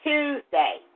Tuesday